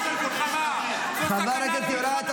שזה לא מקרי שגם אתה --- חבר הכנסת יוראי.